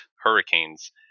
hurricanes